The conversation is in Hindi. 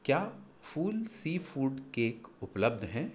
क्या फूल सीफ़ूड केक उपलब्ध हैं